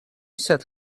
sat